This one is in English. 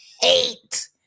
hate